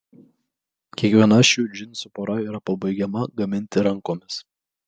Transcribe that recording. kiekviena šių džinsų pora yra pabaigiama gaminti rankomis